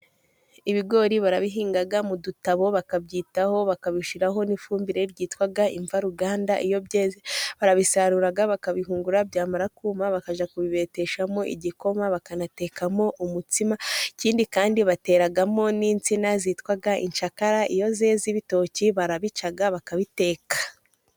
Ibigori barabihinga mu dutabo bakabyitaho, bakabishyiraho n'ifumbire ryitwa imvaruganda. Iyo barabisarura bakabihungura byamara kuma, bakajya kubibeteshamo igikoma bakanatekamo umutsima. Ikindi kandi bateramo n'insina zitwa incakara. Iyo zeze ibitoki barabica bakabiteka.